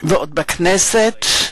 ועוד בכנסת,